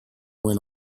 went